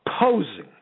posing